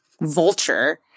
vulture